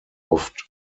oft